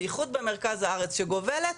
בייחוד במרכז הארץ שגובלת,